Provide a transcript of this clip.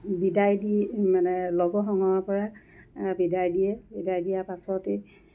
বিদায় দি মানে লগৰ সংগৰ পৰা বিদাই দিয়ে বিদাই দিয়া পাছততেই